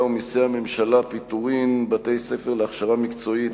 ומסי הממשלה (פטורין) (בתי-ספר להכשרה מקצועית),